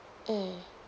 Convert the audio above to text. mm